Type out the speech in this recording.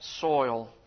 soil